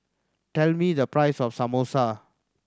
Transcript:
tell me the price of Samosa